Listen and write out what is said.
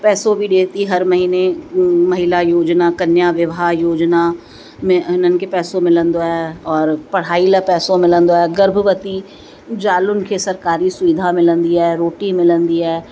पैसो बि ॾिए थी हर महीने महिला योजिना कन्या विवाह योजिना में हिननि खे पैसो मिलंदो आहे और पढ़ाई लाइ पैसो मिलंदो आहे गर्भवती जालुनि खे सरकारी सुविधा मिलंदी आहे रोटी मिलंदी आहे